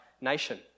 nation